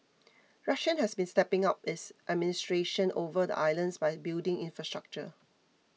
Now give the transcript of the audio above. Russia has been stepping up its administration